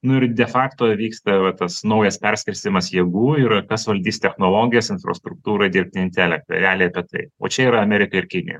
nu ir de fakto vyksta va tas naujas perskirstymas jėgų ir a kas valdys technologijas infrastruktūrą dirbtinį intelektą realiai apie tai o čia yra amerika ir kinija